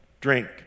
drink